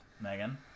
Megan